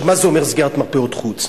מה זה אומר סגירת מרפאות חוץ?